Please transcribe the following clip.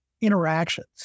interactions